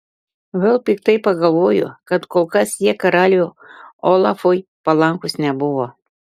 vėl piktai pagalvojo kad kol kas jie karaliui olafui palankūs nebuvo